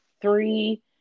three